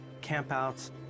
campouts